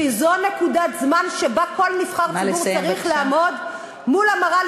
כי זו נקודת זמן שבה כל נבחר ציבור צריך לעמוד מול המראה,